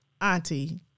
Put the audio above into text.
Auntie